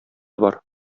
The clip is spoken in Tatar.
бар